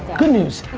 good news,